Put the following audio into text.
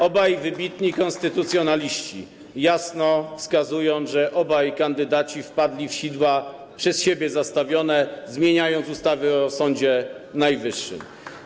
Obaj wybitni konstytucjonaliści jasno wskazują, że obaj kandydaci wpadli w sidła przez siebie zastawione, zmieniając ustawy o Sądzie Najwyższym.